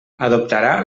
adoptarà